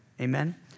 Amen